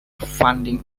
funding